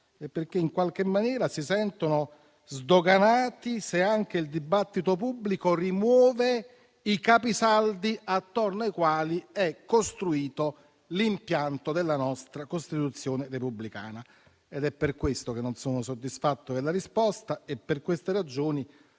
e perché, in qualche maniera, si sentono sdoganati, se anche il dibattito pubblico rimuove i capisaldi attorno ai quali è costruito l'impianto della nostra Costituzione repubblicana. È per questo che non sono soddisfatto della risposta e per queste ragioni